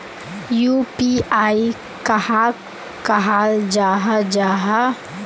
UPI कहाक कहाल जाहा जाहा?